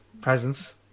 presents